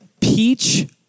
peach